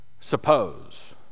suppose